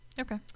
Okay